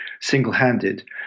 single-handed